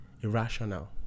irrational